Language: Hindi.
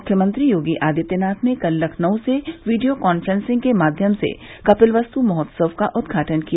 मुख्यमंत्री योगी आदित्यनाथ ने कल लखनऊ से वीडियो काफ्रेंसिंग के माध्यम से कपिलवस्तु महोत्सव का उद्घाटन किया